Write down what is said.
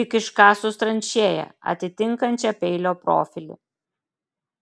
tik iškasus tranšėją atitinkančią peilio profilį